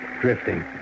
drifting